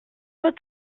but